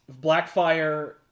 Blackfire